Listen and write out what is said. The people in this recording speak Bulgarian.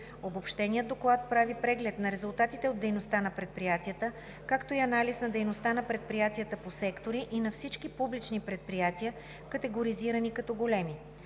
Обобщеният доклад прави преглед на резултатите от дейността на предприятията, както и анализ на дейността на предприятията по сектори и на всички публични предприятия, категоризирани като „големи“.